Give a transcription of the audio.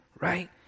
right